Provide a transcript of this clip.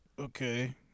Okay